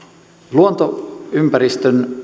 luontoympäristön